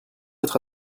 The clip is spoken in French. votre